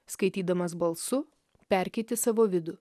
skaitydamas balsu perkeiti savo vidų